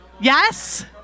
Yes